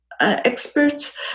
experts